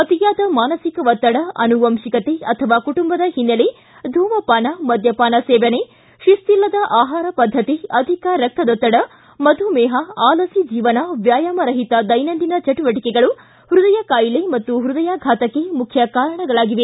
ಅತಿಯಾದ ಮಾನಸಿಕ ಒತ್ತಡ ಅನುವಂಶಿಕತೆ ಅಥವಾ ಕುಟುಂಬದ ಹಿನ್ನೆಲೆ ಧೂಮಪಾನ ಮದ್ದಪಾನ ಸೇವನೆ ಶಿಸ್ತಿಲ್ಲದ ಆಹಾರ ಪದ್ದತಿ ಅಧಿಕ ರಕ್ತದೊತ್ತಡ ಮಧುಮೇಪ ಆಲಸಿ ಜೀವನ ವ್ಯಾಯಾಮರಹಿತ ದೈನಂದಿನ ಚಟುವಟಿಕೆಗಳು ಪೃದಯ ಕಾಯಿಲೆ ಹಾಗೂ ಹೃದಯಾಘಾತಕ್ಕೆ ಮುಖ್ಯ ಕಾರಣಗಳಾಗಿವೆ